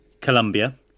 Colombia